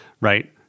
right